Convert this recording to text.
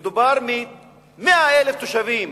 מדובר על 100,000 תושבים